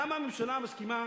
למה הממשלה מסכימה,